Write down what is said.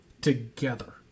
together